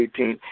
2018